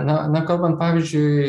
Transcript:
na na kalbant pavyzdžiui